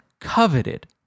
coveted